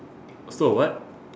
stole a what